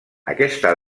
aquesta